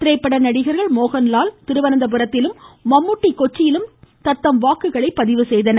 திரைப்பட நடிகர்கள் மோகன்லால் திருவனந்தபுரத்திலும் மம்முட்டி கொச்சியிலும் தங்களது வாக்குகளைப் பதிவு செய்தனர்